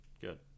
Good